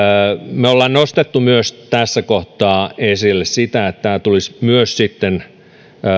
me olemme nostaneet myös tässä kohtaa esille sitä että tämä tulisi sitten